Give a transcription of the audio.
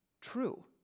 true